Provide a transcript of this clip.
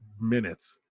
minutes